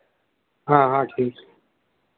हाँ हाँ ठीक है